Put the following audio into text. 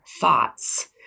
thoughts